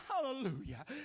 Hallelujah